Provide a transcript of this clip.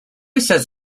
says